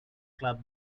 club